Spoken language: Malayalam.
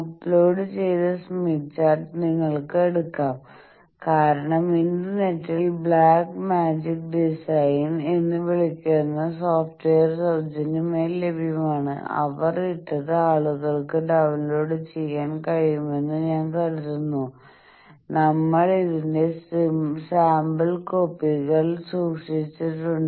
അപ്ലോഡ് ചെയ്ത സ്മിത്ത് ചാർട്ട് നിങ്ങൾക്ക് എടുക്കാം കാരണം ഇന്റർനെറ്റിൽ ബ്ലാക്ക് മാജിക് ഡിസൈൻ എന്ന് വിളിക്കുന്ന സോഫ്റ്റ്വെയർ സൌജന്യമായി ലഭ്യമാണ് അവർ ഇട്ടത് ആളുകൾക്ക് ഡൌൺലോഡ് ചെയ്യാൻ കഴിയുമെന്ന് ഞാൻ കരുതുന്നു നമ്മൾ ഇതിന്റെ സാമ്പിൾ കോപ്പികൾsample കോപ്പി സൂക്ഷിച്ചിട്ടുണ്ട്